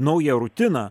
naują rutiną